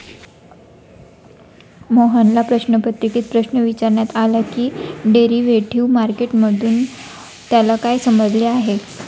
मोहनला प्रश्नपत्रिकेत प्रश्न विचारण्यात आला की डेरिव्हेटिव्ह मार्केट मधून त्याला काय समजले आहे?